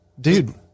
dude